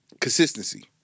consistency